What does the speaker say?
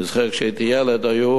אני זוכר כשהייתי ילד היו